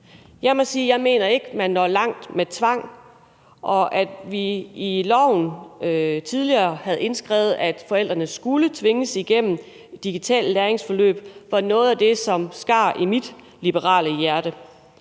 jeg mener ikke, at man når langt med tvang, og at vi i loven tidligere havde indskrevet, at forældrene skulle tvinges igennem et digitalt læringsforløb, var noget af det, som skar i mit liberale hjerte.